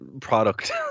product